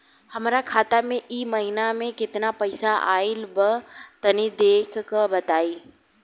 हमरा खाता मे इ महीना मे केतना पईसा आइल ब तनि देखऽ क बताईं?